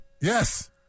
Yes